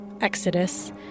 Exodus